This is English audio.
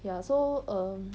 ya so err